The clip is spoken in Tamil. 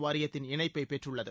வாரியத்தின் இணைப்பை பெற்றுள்ளது